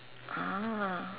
ah